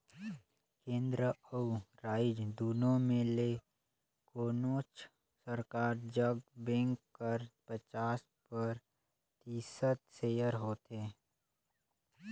केन्द्र अउ राएज दुनो में ले कोनोच सरकार जग बेंक कर पचास परतिसत सेयर होथे